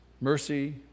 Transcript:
mercy